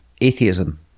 atheism